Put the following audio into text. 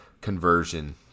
conversion